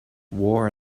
war